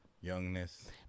youngness